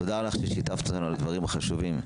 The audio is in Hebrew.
תודה לך ששיתפת אותי בדברים החשובים.